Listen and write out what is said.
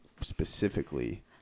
specifically